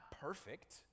perfect